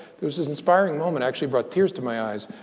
there was this inspiring moment actually, brought tears to my eyes.